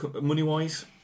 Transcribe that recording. money-wise